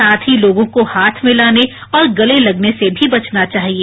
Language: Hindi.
साथ ही लोगों को हाथ मिलाने और गले लगने से भी बचना चाहिए